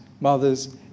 mothers